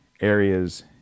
areas